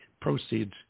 proceeds